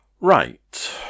Right